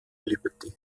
liberty